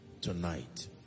tonight